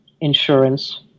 insurance